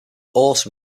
also